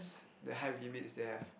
the heigh limits they have